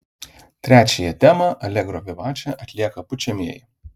trečiąją temą alegro vivače atlieka pučiamieji